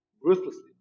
Ruthlessly